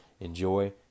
Enjoy